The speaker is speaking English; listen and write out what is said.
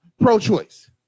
pro-choice